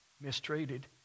mistreated